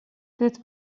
det